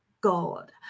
God